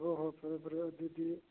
ꯍꯣꯏ ꯍꯣꯏ ꯐꯔꯦ ꯐꯔꯦ ꯑꯗꯨꯗꯤ